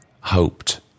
hoped